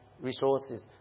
resources